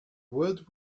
word